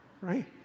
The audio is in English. right